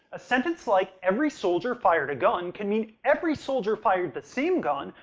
a sentence like every soldier fired a gun can mean every soldier fired the same gun,